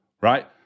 right